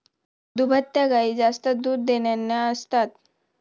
दुभत्या गायी जास्त दूध देणाऱ्या असतात